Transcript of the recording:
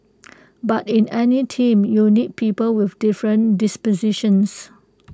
but in any team you need people with different dispositions